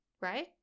right